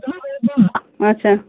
اچھا